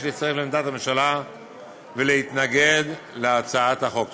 להצטרף לעמדת הממשלה ולהתנגד להצעת החוק.